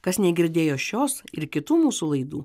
kas negirdėjo šios ir kitų mūsų laidų